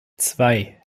zwei